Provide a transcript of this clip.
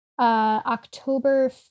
October